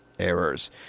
errors